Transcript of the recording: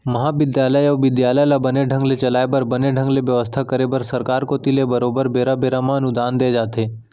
महाबिद्यालय अउ बिद्यालय ल बने ढंग ले चलाय बर बने ढंग ले बेवस्था करे बर सरकार कोती ले बरोबर बेरा बेरा म अनुदान दे जाथे